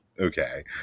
Okay